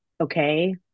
okay